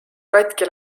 katki